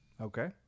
Okay